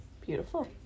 Beautiful